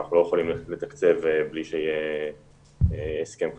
אנחנו לא יכולים ללכת לתקצב בלי שיהיה הסכם חתום.